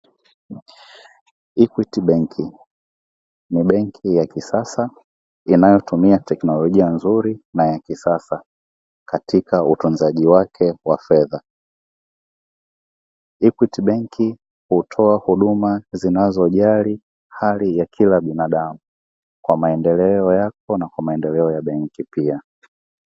'Equity bank' ni benki ya kisasa inayotumia teknolojia nzuri na ya kisasa katika utunzaji wake wa fedha. 'Equity bank' hutoa huduma zinazojali hali ya kila binadamu kwa maendeleo yako na kwa maendeleo ya benki pia.